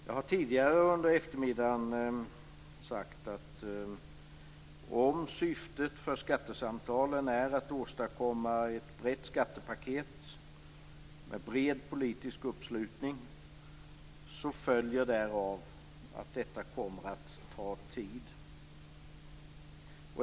Jag har tidigare under eftermiddagen sagt att om syftet för skattesamtalen är att åstadkomma ett brett skattepaket med bred politisk uppslutning följer därav att detta kommer att ta tid.